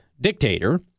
dictator